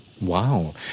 Wow